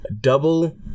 Double